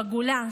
בגולה,